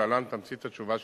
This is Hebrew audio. ולהלן תמצית התשובה שהתקבלה: